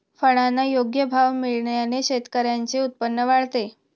फळांना योग्य भाव मिळाल्याने शेतकऱ्यांचे उत्पन्न वाढते